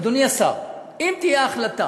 אדוני השר, אם תהיה החלטה